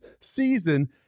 season